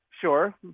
sure